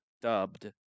Dubbed